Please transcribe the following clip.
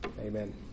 Amen